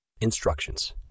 Instructions